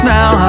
Now